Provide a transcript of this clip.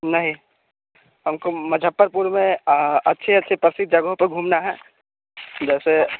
नहीं हमको मुज़्ज़फ़्फ़रपुर में अच्छे अच्छे प्रसिद्ध जगहों पर घूमना है जैसे